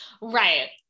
right